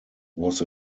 was